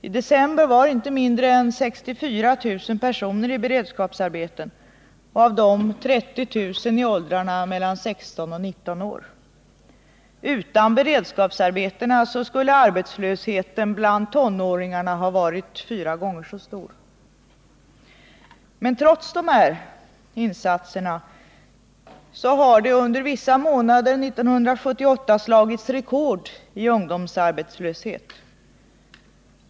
I december var inte mindre än 64 000 personer i beredskapsarbete och av dem var 30 000 i åldrarna 16-19 år. Utan beredskapsarbetena skulle arbetslösheten bland tonåringarna ha varit fyra gånger så stor. Trots de här insatserna så har det under vissa månader 1978 slagits rekord i ungdomsarbetslöshet.